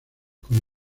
con